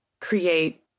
create